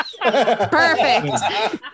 Perfect